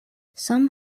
some